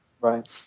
Right